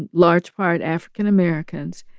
ah large part african-americans,